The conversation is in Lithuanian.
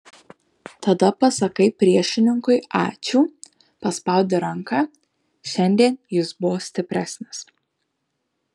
tada pasakai priešininkui ačiū paspaudi ranką šiandien jis buvo stipresnis